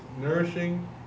nourishing